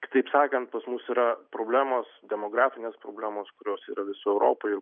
kitaip sakant pas mus yra problemos demografinės problemos kurios yra visoj europoj